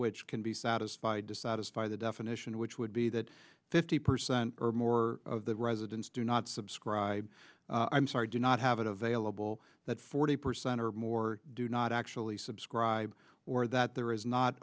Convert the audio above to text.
which can be satisfied to satisfy the definition which would be that fifty percent or more of the residents do not subscribe i'm sorry do not have it available that forty percent or more do not actually subscribe or that there is not